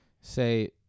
say